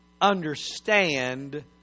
understand